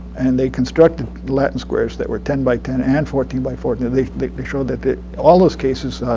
and they constructed latin squares that were ten by ten and fourteen by fourteen. they they showed that that all those cases